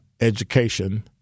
education